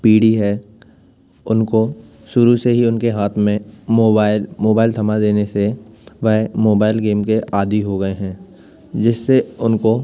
पीढ़ी है उनको शुरू से ही उनके हाथ में मोबाइल मोबाइल थमा देने से वे मोबाइल गेम के आदी हो गए हैं जिससे उनको